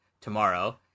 tomorrow